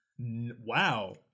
Wow